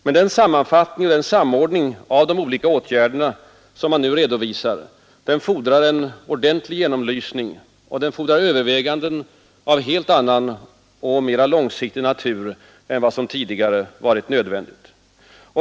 Men den sammanfattning och den samordning av de olika åtgärderna som man nu redovisar fordrar en ordentlig genomlysning och överväganden av helt annan och mera långsiktig natur än vad som tidigare varit nödvändigt.